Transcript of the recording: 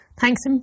Thanks